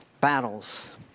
battles